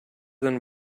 than